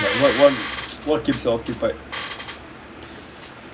what what what keeps occupied